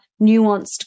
nuanced